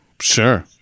Sure